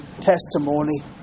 testimony